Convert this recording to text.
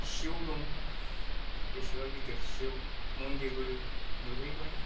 सिजौ दं बेसेबा गिदिर सिजौ मन्दिरबो लुहैबाय